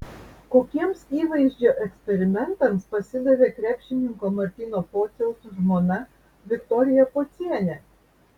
kokiems įvaizdžio eksperimentams pasidavė krepšininko martyno pociaus žmona viktorija pocienė